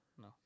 No